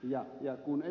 ja kun ed